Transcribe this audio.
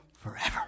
forever